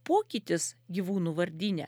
pokytis gyvūnų vardyne